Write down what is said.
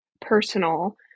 personal